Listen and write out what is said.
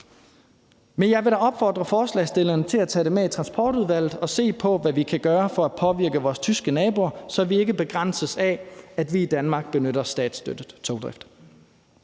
Men jeg vil da opfordre forslagsstillerne til at tage det med ind i Transportudvalget, så vi kan se på, hvad vi kan gøre for at påvirke vores tyske naboer, så vi ikke begrænses af, at vi i Danmark benytter statsstøttet togdrift.